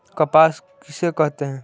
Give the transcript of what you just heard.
कपास किसे कहते हैं?